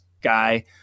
guy